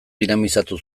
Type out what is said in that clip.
dinamizatu